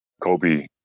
Kobe